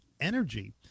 energy